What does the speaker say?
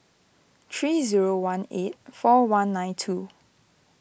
three zero one eight four one nine two